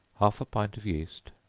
half a pint of yeast,